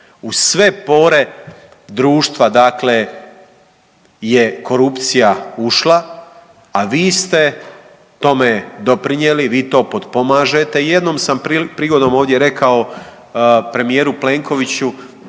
U sve pore društva, dakle je korupcija ušla, a vi ste tome doprinijeli, vi to potpomažete. Jednom sam prigodom ovdje rekao premijeru Plenkoviću